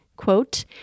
Quote